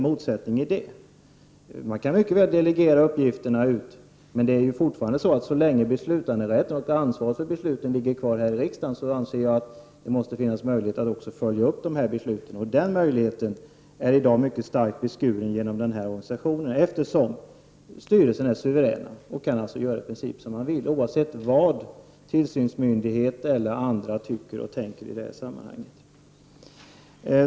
Man kan mycket väl delegera uppgifterna, men så länge beslutanderätten och ansvaret för besluten ligger kvar här i riksdagen måste det, anser jag, finnas möjlighet att följa upp besluten. Den möjligheten är i dag mycket starkt beskuren genom den befintliga organisationen, eftersom styrelserna är suveräna och alltså i princip kan göra som de vill, oavsett vad tillsynsmyndighet eller andra tycker och tänker i det här sammanhanget.